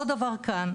אותו דבר כאן.